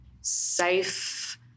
safe